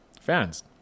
fans